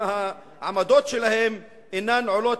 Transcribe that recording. בניסיון להצר את צעדיהם של מי שהעמדות שלהם אינן עולות